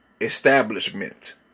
Establishment